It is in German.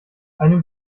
einem